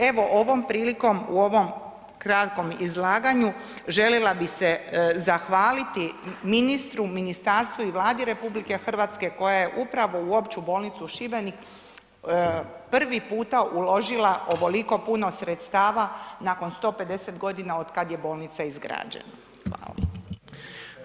Evo ovom prilikom u ovom kratkom izlaganju želila bi se zahvaliti ministru, ministarstvu i Vladi RH koja je upravo u Opću bolnicu Šibenik prvi puta uložila ovoliko puno sredstava nakon 150.g. otkad je bolnica izgrađena.